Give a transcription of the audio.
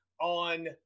on